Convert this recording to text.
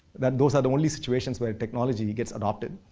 that those are the only situations where technology gets adopted.